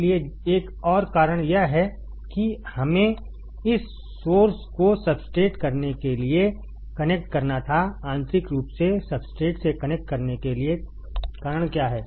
इसलिए एक और कारण यह है कि हमें इस सोर्स को सब्सट्रेट करने के लिए कनेक्ट करना था आंतरिक रूप से सब्सट्रेट से कनेक्ट करने के कारण क्या है